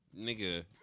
Nigga